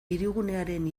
hirigunearen